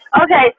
Okay